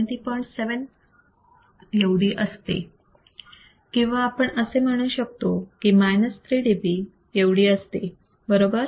7 percent एवढी असते किंवा आपण असे म्हणू शकतो की minus 3 dB एवढी असते बरोबर